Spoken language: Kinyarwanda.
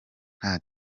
nta